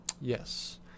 yes